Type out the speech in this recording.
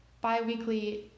bi-weekly